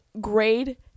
grade